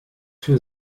für